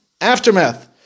aftermath